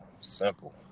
Simple